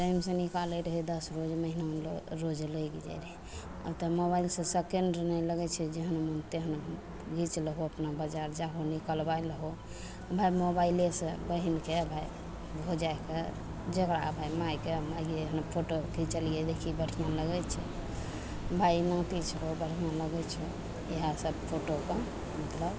टाइमसे निकालै रहै दस रोज महिनामे रोज लागि जाइ रहै आब तऽ मोबाइलसे सेकेण्ड नहि लागै छै जेहन मोन तेहन घिचि लहो अपना बजार जाहो निकलबै लहो भाइ मोबाइलेसे बहिनके भाइ भौजाइके जकरा भाइ माइके माइ गे हमे फोटो घिचलिए देखही बढ़िआँ लागै छै भाइ एना घिचबहो बढ़िआँ लागै छऽ इएहसब फोटोके मतलब